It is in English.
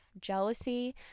jealousy